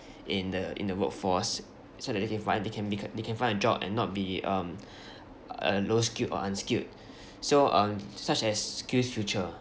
in the in the workforce so that they can find they can be they can find a job and not be um uh low skilled or unskilled so um such as skillsfuture